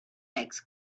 legs